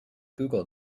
google